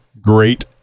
great